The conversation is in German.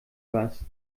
was